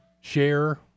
share